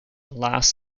last